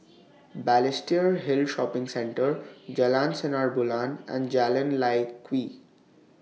Balestier Hill Shopping Centre Jalan Sinar Bulan and Jalan Lye Kwee